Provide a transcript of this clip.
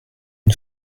une